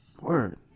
word